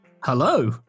hello